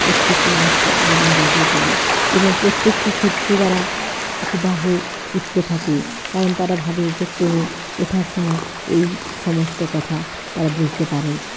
প্রত্যেকটি মানুষকে আলোড়ন জাগিয়ে তোলে এবং প্রত্যেকটি ক্ষেত্রে যারা হুবহু উঠতে থাকে কারণ তারা ভাবে যে ট্রেনে ওঠার সময় এই সমস্ত কথা তারা বুঝতে পারে